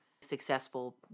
successful